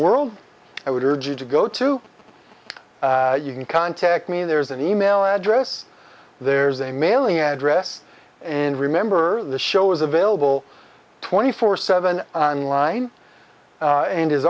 world i would urge you to go to you can contact me there's an email address there's a mailing address and remember the show is available twenty four seven on line and is